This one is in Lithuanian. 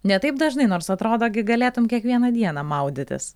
ne taip dažnai nors atrodo gi galėtum kiekvieną dieną maudytis